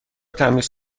تمیز